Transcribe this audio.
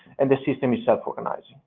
and the system is self-organized.